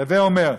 הווי אומר,